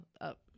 up